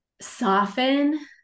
soften